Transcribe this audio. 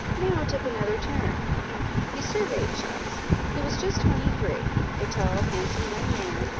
now took another turn he surveyed charles he was just twenty-three a tall, handsome young man,